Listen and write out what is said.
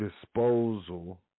disposal